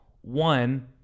One